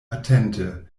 atente